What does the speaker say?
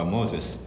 Moses